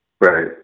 Right